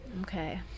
Okay